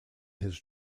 his